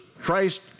Christ